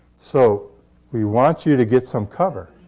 so we want you to get some cover